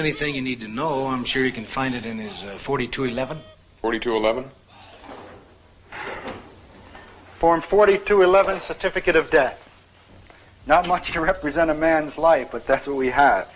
anything you need to know i'm sure you can find it in these forty two eleven forty two eleven form forty two eleven certificate of death not much to represent a man's life but that's what we ha